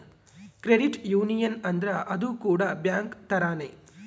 credit union ಅಂದ್ರ ಅದು ಕೂಡ ಬ್ಯಾಂಕ್ ತರಾನೇ